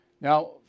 Now